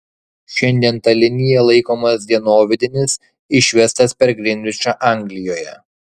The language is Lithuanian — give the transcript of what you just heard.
šiandien ta linija laikomas dienovidinis išvestas per grinvičą anglijoje